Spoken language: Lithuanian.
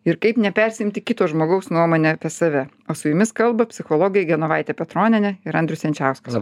ir kaip nepersiimti kito žmogaus nuomone apie save o su jumis kalba psichologė genovaitė petronienė ir andrius jančiauskas